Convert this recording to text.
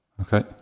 okay